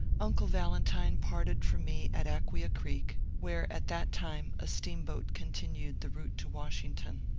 uncle valentine parted from me at aquia creek, where at that time a steamboat continued the route to washington.